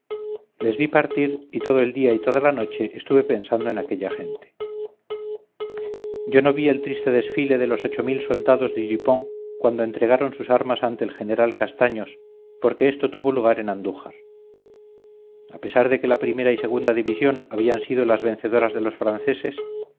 les vi partir y todo el día y toda la noche estuve pensando en aquella gente yo no vi el triste desfile de los ocho mil soldados de dupont cuando entregaron sus armas ante el general castaños porque esto tuvo lugar en andújar a pesar de que la primera y segunda división habían sido las vencedoras de los franceses